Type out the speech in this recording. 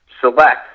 select